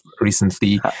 recently